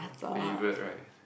favourite right